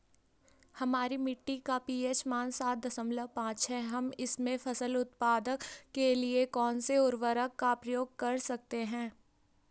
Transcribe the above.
हमारी मिट्टी का पी.एच मान सात दशमलव पांच है हम इसमें फसल उत्पादन के लिए कौन से उर्वरक का प्रयोग कर सकते हैं?